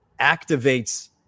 activates